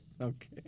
Okay